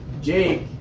Jake